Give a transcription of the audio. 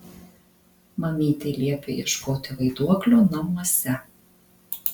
mamytė liepė ieškoti vaiduoklio namuose